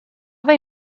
they